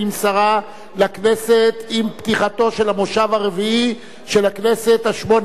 לכנסת עם פתיחתו של המושב הרביעי של הכנסת השמונה-עשרה.